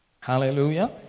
Hallelujah